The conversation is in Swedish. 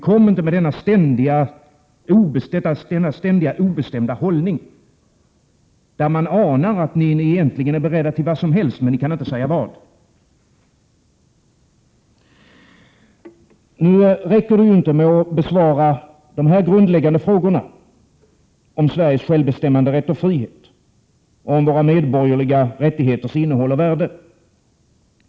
Kom inte med denna obestämda hållning, där man anar att ni är beredda till vad som helst men där ni inte kan säga vad. Det räcker inte med att besvara dessa grundläggande frågor om Sveriges självbestämmanderätt och frihet, om våra medborgerliga rättigheters innehåll och värde.